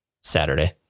Saturday